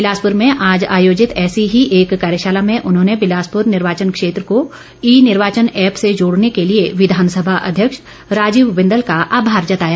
बिलासपुर में आज आयोजित ऐसी ही एक कार्यशाला में उन्होंने बिलासपुर निर्वाचन क्षेत्र को ई निर्वाचन ऐप से जोड़ने के लिए विधानसभा अध्यक्ष राजीव बिंदल का आभार जताया